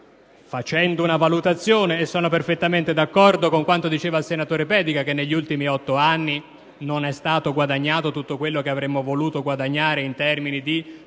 facendo una valutazione. Sono perfettamente d'accordo con quanto ha detto il senatore Pedica che negli ultimi otto anni non è stato guadagnato tutto quello che avremmo voluto guadagnare in termini di